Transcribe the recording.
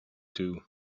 two